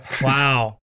Wow